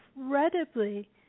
incredibly